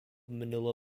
manila